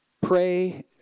pray